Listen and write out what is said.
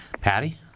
Patty